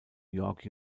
york